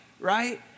right